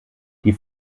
die